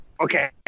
Okay